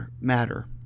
matter